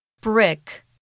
Brick